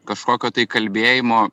kažkokio tai kalbėjimo